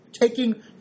taking